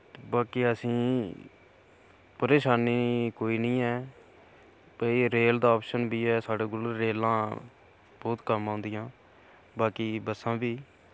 बाकी असें ई परेशानी कोई नेईं ऐ ते एह् रेल दा आप्शन बी ऐ साढ़े कोल रेलां बहुत कम औंदियां बाकी बस्सां बी